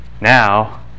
now